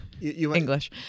English